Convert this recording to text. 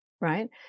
right